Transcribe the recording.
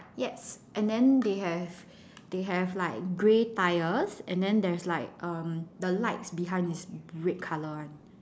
yes and then they have they have like grey tyres and then there's like um the lights behind is red colour [one]